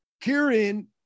Kieran